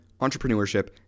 entrepreneurship